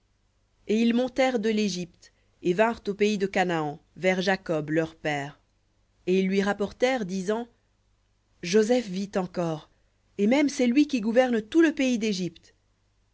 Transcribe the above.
et ils montèrent de l'égypte et vinrent au pays de canaan vers jacob leur père et ils lui rapportèrent disant joseph vit encore et même c'est lui qui gouverne tout le pays d'égypte